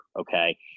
okay